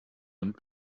und